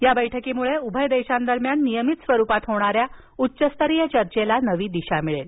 या बैठकीमुळे उभय देशांदरम्यान नियमित स्वरुपात होणाऱ्या उच्चस्तरीय चर्चेला नवी दिशा मिळेल